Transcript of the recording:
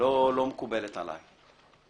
לא מקובלת עליי.